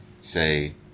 say